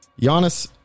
Giannis